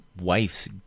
wife's